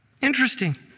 Interesting